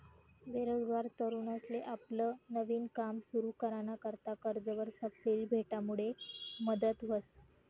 बेरोजगार तरुनसले आपलं नवीन काम सुरु कराना करता कर्जवर सबसिडी भेटामुडे मदत व्हस